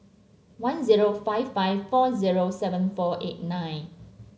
one zero five five four zero seven four eight nine